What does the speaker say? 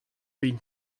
been